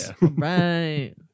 right